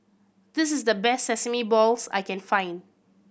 this is the best sesame balls I can find